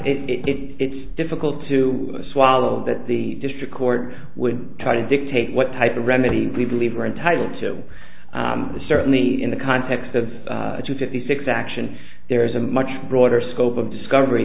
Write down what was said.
it's difficult to swallow that the district court would try to dictate what type the remedy we believe are entitled to the certainly in the context of a fifty six action there is a much broader scope of discovery